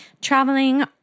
traveling